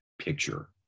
picture